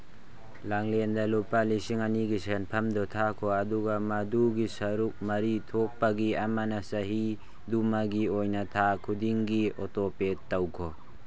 ꯂꯥꯡꯂꯦꯟꯗ ꯂꯨꯄꯥ ꯂꯤꯁꯤꯡ ꯑꯅꯤꯒꯤ ꯁꯦꯟꯐꯝꯗꯨ ꯊꯥꯈꯣ ꯑꯗꯨꯒ ꯃꯗꯨꯒꯤ ꯁꯔꯨꯛ ꯃꯔꯤ ꯊꯣꯛꯄꯒꯤ ꯑꯃꯅ ꯆꯍꯤꯗꯨꯃꯒꯤ ꯑꯣꯏꯅ ꯊꯥ ꯈꯨꯗꯤꯡꯒꯤ ꯑꯣꯇꯣꯄꯦ ꯇꯧꯈꯣ